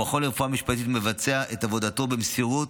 המכון לרפואה משפטית מבצע את עבודתו במסירות,